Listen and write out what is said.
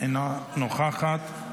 אינה נוכחת,